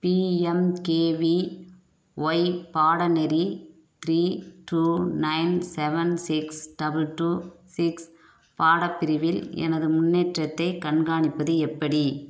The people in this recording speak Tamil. B M K V Y பாடநெறி three two nine seven six double two six பாடப் பிரிவில் எனது முன்னேற்றத்தைக் கண்காணிப்பது எப்படி